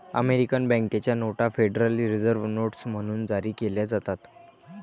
American बँकेच्या नोटा federal reserve notes म्हणून जारी केल्या जातात